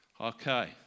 Okay